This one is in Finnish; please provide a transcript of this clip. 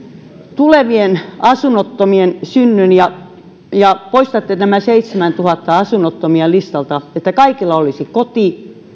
tulevien asunnottomien synnyn ja ja poistatte nämä seitsemäntuhatta asunnotonta listalta että kaikilla olisi koti